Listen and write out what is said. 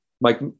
Mike